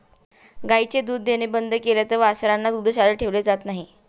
गायीने दूध देणे बंद केले तर वासरांना दुग्धशाळेत ठेवले जात नाही